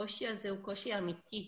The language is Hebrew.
הקושי הזה הוא קושי אמיתי,